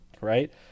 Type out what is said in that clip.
right